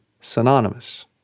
synonymous